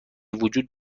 وجود